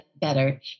better